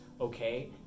okay